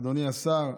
אדוני השר,